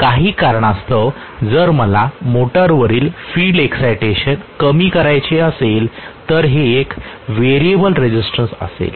काही कारणास्तव जर मला मोटरवरील फील्ड एक्सायटेशन कमी करायचे असेल तर हे एक व्हेरिएबल रेसिस्टन्स असेल